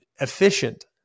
Efficient